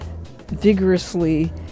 vigorously